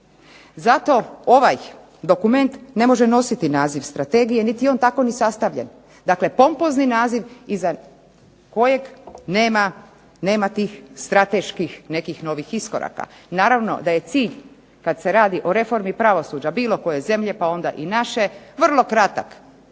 Zato, ovaj dokument ne može nositi naziv strategije niti je on tako ni sastavljen. Dakle, pompozni naziv iza kojeg nema tih strateških nekih novih iskoraka. Naravno, da je cilj kad se radi o reformi pravosuđa bilo koje zemlje pa onda i naše vrlo kratak,